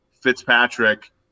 Fitzpatrick